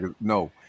No